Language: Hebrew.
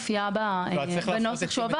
תפורסם ברשומות ובאתר משרד התחבורה והבטיחות בדרכים.